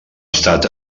estat